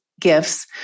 gifts